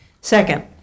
Second